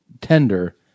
tender